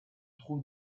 trouve